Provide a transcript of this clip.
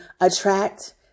attract